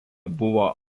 buvo